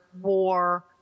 war